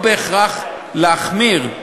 לא בהכרח להחמיר,